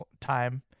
time